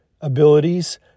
abilities